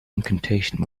incantation